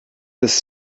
ist